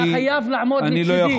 אתה חייב לעמוד לצידי,